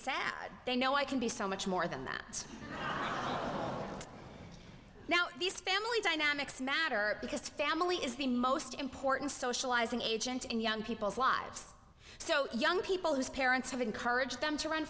sad they know i can be so much more than that with now these family dynamics matter because family is the most important socializing agent in young people's lives so young people whose parents have encouraged them to run